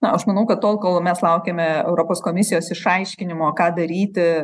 na aš manau kad tol kol mes laukiame europos komisijos išaiškinimo ką daryti